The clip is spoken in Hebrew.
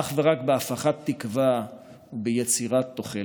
אך ורק בהפרחת תקווה וביצירת תוחלת.